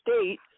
state